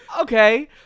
okay